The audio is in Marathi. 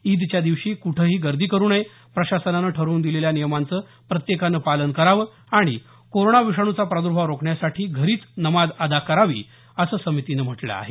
ईदच्या दिवशी कुठंही गर्दी करु नये प्रशासनानं ठरवून दिलेल्या नियमांचं प्रत्येकानं पालन करावं आणि कोरोना विषाणूचा प्रादर्भाव रोखण्यासाठी घरीच नमाज अदा करावी असं समितीनं म्हटलं आहे